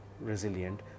resilient